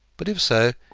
but if so,